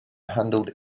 handled